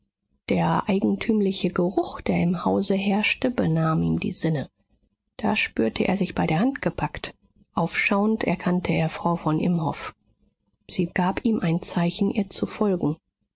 der eigentümliche geruch der im hause herrschte benahm ihm die sinne da spürte er sich bei der hand gepackt aufschauend erkannte er frau von imhoff sie gab ihm ein zeichen ihr zu folgen